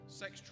sex